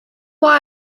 why